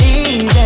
easy